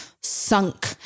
sunk